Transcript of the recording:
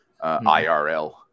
IRL